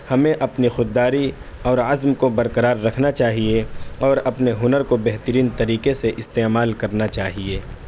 ہمیں اپنی خود داری اور عزم کو برقرار رکھنا چاہیے اور اپنے ہنر کو بہترین طریقے سے استعمال کرنا چاہیے